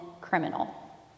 criminal